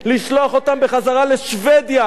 לשלוח אותם בחזרה לשבדיה,